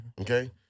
Okay